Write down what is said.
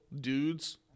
dudes